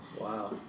Wow